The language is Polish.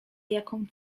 jaką